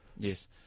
Yes